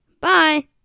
Bye